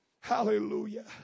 Hallelujah